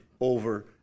over